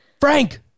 Frank